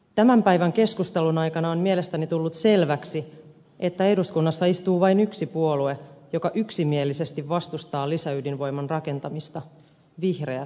tämän päivän keskustelun aikana on mielestäni tullut selväksi että eduskunnassa istuu vain yksi puolue joka yksimielisesti vastustaa lisäydinvoiman rakentamista vihreät